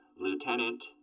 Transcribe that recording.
Lieutenant